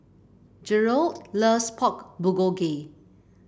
Jerold loves Pork Bulgogi